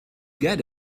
get